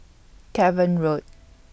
Cavan Road